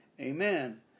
Amen